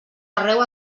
arreu